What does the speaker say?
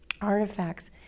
artifacts